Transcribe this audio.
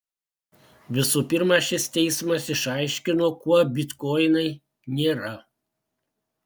visų pirma šis teismas išaiškino kuo bitkoinai nėra